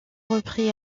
reprit